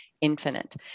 infinite